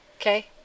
Okay